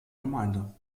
gemeinde